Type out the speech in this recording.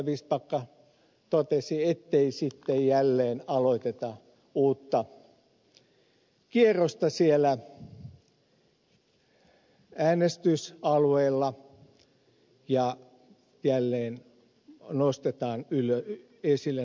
vistbacka totesi ettei sitten jälleen aloiteta uutta kierrosta siellä äänestysalueilla ja jälleen nosteta esille näitä asioita